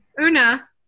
Una